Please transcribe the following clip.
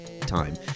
time